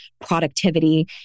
productivity